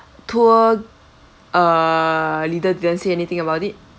tour uh leader didn't say anything about it